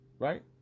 right